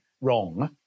wrong